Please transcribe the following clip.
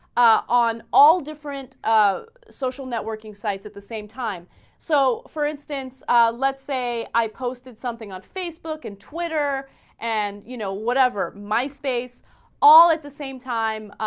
on all different ah. social networking sites at the same time so for instance a let's say i'd posted something on facebook and twitter and you know whatever my space all at the same time ah.